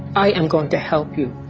i am going to help you.